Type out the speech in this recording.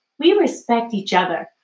we respect each other.